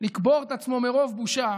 לקבור את עצמו מרוב בושה,